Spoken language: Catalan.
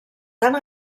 tant